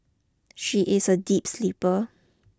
she is a deep sleeper